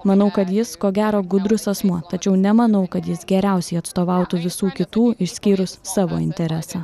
manau kad jis ko gero gudrus asmuo tačiau nemanau kad jis geriausiai atstovautų visų kitų išskyrus savo interesą